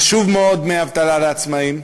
חשוב מאוד שיהיו דמי אבטלה לעצמאים,